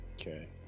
Okay